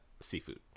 seafood